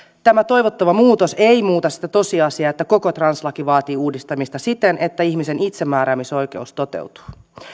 tämä toivottava muutos ei muuta sitä tosiasiaa että koko translaki vaatii uudistamista siten että ihmisen itsemääräämisoikeus toteutuu